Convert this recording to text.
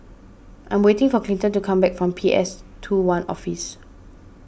I am waiting for Clinton to come back from P S two one Office